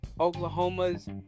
Oklahoma's